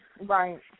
Right